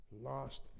lost